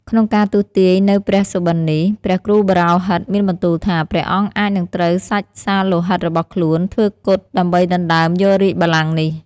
ក្នុងការទស្សទាយនូវព្រះសុបិននេះ ព្រះគ្រូបោរាហិត មានបន្ទូលថា ព្រះអង្គអាចនិងត្រូវសាច់សាលោហិតរបស់ខ្លួន ធ្វើគត់ដើម្បីដណ្ដើមយករាជបល្ល័ងនេះ។